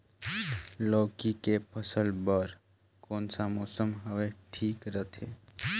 लौकी के फसल बार कोन सा मौसम हवे ठीक रथे?